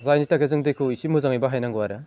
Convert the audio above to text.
जायनि थाखाय जों दैखौ एसे मोजाङै बाहायनांगौ आरो